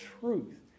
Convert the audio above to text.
truth